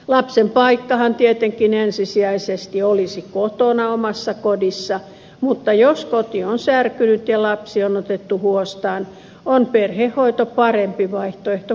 lapsen paikkahan tietenkin ensisijaisesti olisi kotona omassa kodissa mutta jos koti on särkynyt ja lapsi on otettu huostaan on perhehoito parempi vaihtoehto kuin laitoshoito